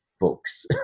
books